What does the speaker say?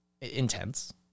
intense